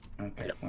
Okay